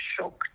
shocked